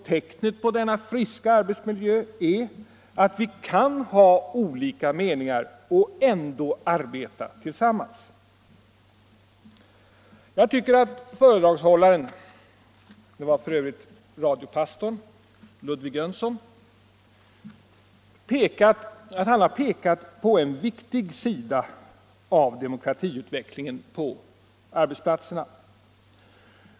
Tecknet på denna friskare arbetsmiljö är att vi kan ha olika meningar och ändå arbeta tillsammans. Jag tycker att föredragshållaren — det var f.ö. radiopastorn Ludvig Jönsson — pekat på en viktig sida av demokratiutvecklingen på arbetsplatserna.